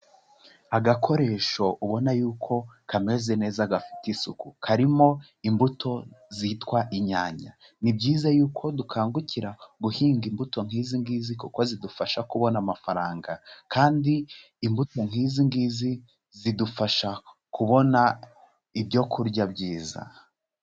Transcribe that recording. Agakoresho ubona yuko kameze neza gafite isuku, karimo imbuto zitwa inyanya, ni byiza yuko dukangukira guhinga imbuto nk'izi ngizi kuko zidufasha kubona amafaranga kandi imbuto nk'izi ngizi zidufasha kubona ibyo kurya byiza.